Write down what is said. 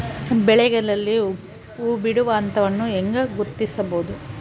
ಬೆಳೆಗಳಲ್ಲಿ ಹೂಬಿಡುವ ಹಂತವನ್ನು ಹೆಂಗ ಗುರ್ತಿಸಬೊದು?